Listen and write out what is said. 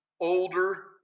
older